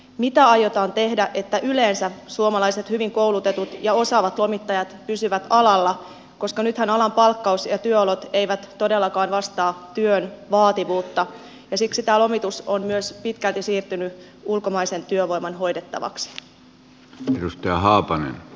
mitä aiotaan tehdä että yleensä suomalaiset hyvin koulutetut ja osaavat lomittajat pysyvät alalla koska nythän alan palkkaus ja työolot eivät todellakaan vastaa työn vaativuutta ja siksi tämä lomitus on myös pitkälti siirtynyt ulkomaisen työvoiman hoidettavaksi